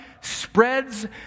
spreads